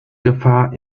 gefahr